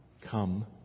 Come